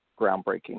groundbreaking